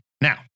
now